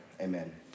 Amen